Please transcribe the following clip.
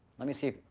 let me see,